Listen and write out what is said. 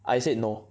I said no